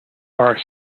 are